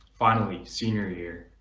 finally senior year